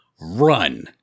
run